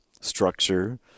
structure